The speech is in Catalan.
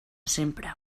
sempre